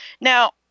Now